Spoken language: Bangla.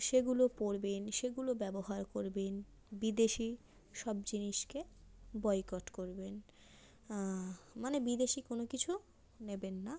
সেগুলো পরবেন সেগুলো ব্যবহার করবেন বিদেশি সব জিনিসকে বয়কট করবেন মানে বিদেশি কোনো কিছু নেবেন না